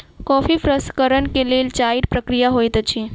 coffee प्रसंस्करण के लेल चाइर प्रक्रिया होइत अछि